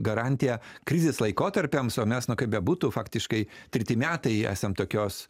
garantija krizės laikotarpiams o mes na kaip bebūtų faktiškai treti metai esam tokios